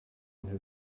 into